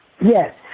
yes